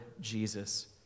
Jesus